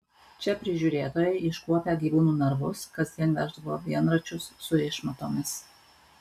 čia prižiūrėtojai iškuopę gyvūnų narvus kasdien veždavo vienračius su išmatomis